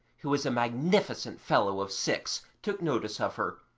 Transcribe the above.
who was a magnificent fellow of six, took notice of her,